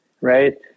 right